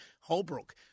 Holbrook